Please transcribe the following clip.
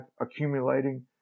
accumulating